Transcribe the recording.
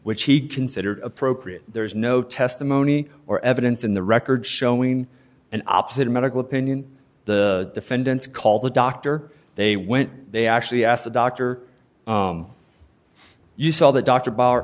which he considered appropriate there's no testimony or evidence in the record showing an opposite medical opinion the defendant's call the doctor they went they actually asked the doctor you saw the doctor